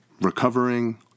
recovering